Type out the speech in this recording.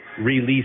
release